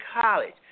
college